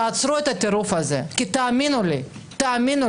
תעצרו את הטירוף הזה כי תאמינו לי שלאזרחי